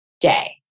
day